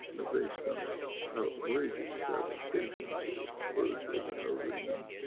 based on outrageous fabrications that are exposed over and over again.